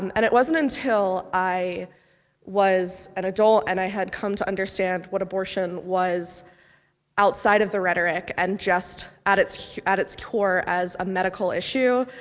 and it wasn't until i was an adult, and i had come to understand what abortion was outside of the rhetoric, and just at its at its core as a medical issue,